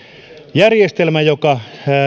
järjestelmä joka